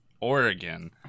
Oregon